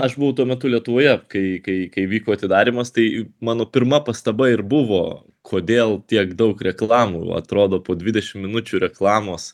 aš buvau tuo metu lietuvoje kai kai kai vyko atidarymas tai mano pirma pastaba ir buvo kodėl tiek daug reklamų atrodo po dvidešim minučių reklamos